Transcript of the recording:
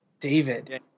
David